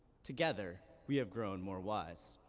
together we have grown more wise.